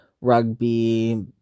rugby